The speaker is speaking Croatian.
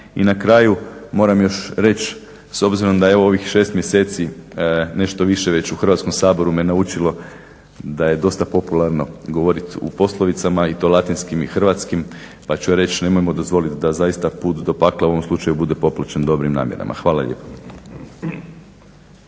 I na kraju moram još reći s obzirom da evo ovih šest mjeseci nešto više već u Hrvatskom saboru me naučilo da je dosta popularno govoriti u poslovicama i to latinskim i hrvatskim. Pa ću ja reći nemojmo dozvoliti da zaista put do pakla u ovom slučaju bude popločen dobrim namjerama. Hvala lijepo.